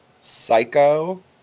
*Psycho*